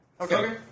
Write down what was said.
Okay